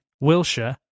Wilshire